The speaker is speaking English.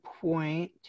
point